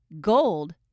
Gold